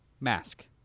mask